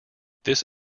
this